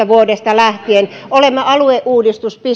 vuodesta kaksituhattaviisitoista lähtien olemme alueuudistus